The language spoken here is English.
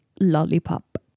Lollipop